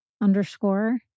underscore